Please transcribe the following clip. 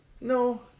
no